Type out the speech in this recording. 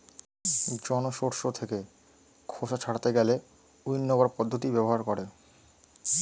জন শস্য থেকে খোসা ছাড়াতে গেলে উইন্নবার পদ্ধতি ব্যবহার করে